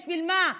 בשביל מה?